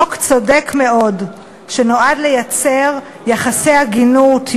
חוק צודק מאוד שנועד לייצר יחסי הגינות,